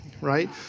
right